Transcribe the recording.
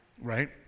right